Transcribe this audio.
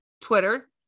Twitter